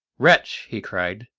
wretch! he cried,